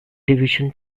division